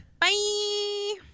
Bye